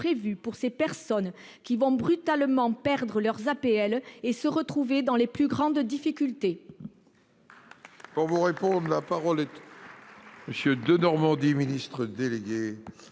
prévues pour ces personnes qui vont perdre brutalement leurs APL et se retrouver dans les plus grandes difficultés